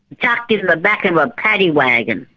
chucked in the back of a paddywagon,